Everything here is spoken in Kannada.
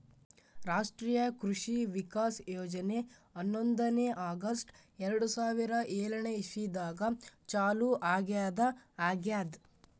ರಾಷ್ಟ್ರೀಯ ಕೃಷಿ ವಿಕಾಸ್ ಯೋಜನೆ ಹನ್ನೊಂದನೇ ಆಗಸ್ಟ್ ಎರಡು ಸಾವಿರಾ ಏಳನೆ ಇಸ್ವಿದಾಗ ಚಾಲೂ ಆಗ್ಯಾದ ಆಗ್ಯದ್